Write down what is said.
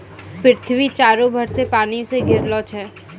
पृथ्वी चारु भर से पानी से घिरलो छै